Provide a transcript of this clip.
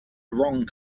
wrong